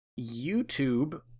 YouTube